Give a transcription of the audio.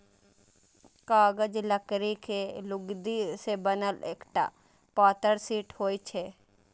कागज लकड़ी के लुगदी सं बनल एकटा पातर शीट होइ छै